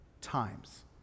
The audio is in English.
times